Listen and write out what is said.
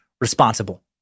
responsible